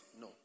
No